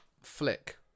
Flick